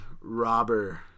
robber